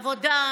עבודה,